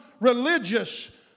religious